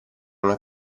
una